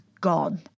gone